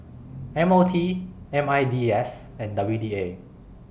M O T M I D S and W D A